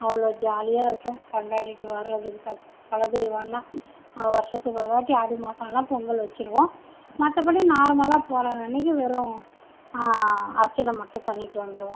அவ்வளோ ஜாலியாக இருக்கும் கொண்டாடிட்டு வர்றது பத் பலது ஒன்றா ஒரு வருஷத்துக்கு ஒருவாட்டி ஆடி மாதல்லாம் பொங்கல் வச்சுருவோம் மற்றபடி நார்மலாக போகிறதன்னக்கி வெறும் அர்ச்சனை மட்டும் பண்ணிவிட்டு வந்துடுவோம்